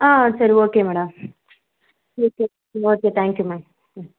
ஆ சரி okay madam okay ம் okay thank you ma'am ம்